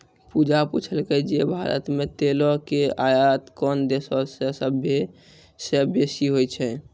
पूजा पुछलकै जे भारत मे तेलो के आयात कोन देशो से सभ्भे से बेसी होय छै?